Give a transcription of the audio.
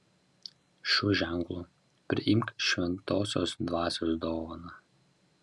šiuo ženklu priimk šventosios dvasios dovaną